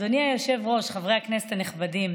אדוני היושב-ראש, חברי הכנסת הנכבדים,